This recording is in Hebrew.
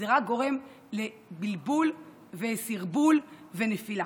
זה רק גורם לבלבול, לסרבול ולנפילה.